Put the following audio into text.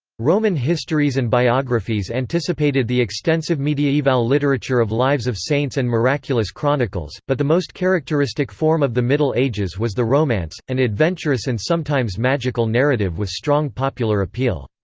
roman histories and biographies anticipated the extensive mediaeval literature of lives of saints and miraculous chronicles, but the most characteristic form of the middle ages was the romance, an adventurous and sometimes magical narrative with strong popular appeal.